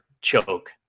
choke